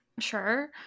sure